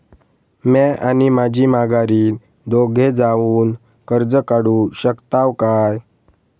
म्या आणि माझी माघारीन दोघे जावून कर्ज काढू शकताव काय?